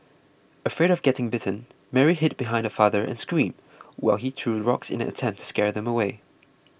afraid of getting bitten Mary hid behind her father and screamed while he threw rocks in an attempt to scare them away